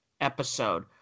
episode